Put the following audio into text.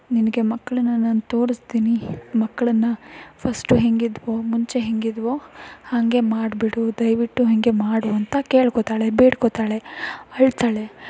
ನಿನಗೆ ಮಕ್ಳನ್ನ ನಾನು ತೋರಿಸ್ತೀನಿ ಮಕ್ಕಳನ್ನ ಫಸ್ಟ್ ಹೇಗಿದ್ವೋ ಮುಂಚೆ ಹೇಗಿದ್ವೋ ಹಾಗೇ ಮಾಡಿಬಿಡು ದಯವಿಟ್ಟು ಹಾಗೆ ಮಾಡು ಅಂತ ಕೇಳ್ಕೋತಾಳೆ ಬೇಡ್ಕೋತಾಳೆ ಅಳ್ತಾಳೆ